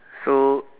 so